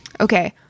okay